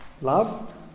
Love